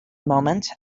moment